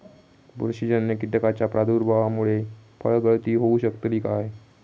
बुरशीजन्य कीटकाच्या प्रादुर्भावामूळे फळगळती होऊ शकतली काय?